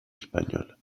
española